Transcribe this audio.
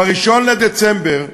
ב-1 בדצמבר,